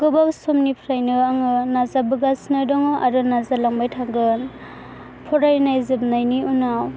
गोबाव समनिफ्रायनो आङो नाजाबोगासिनो दङ आरो नाजालांबाय थागोन फरायनाय जोबनायनि उनाव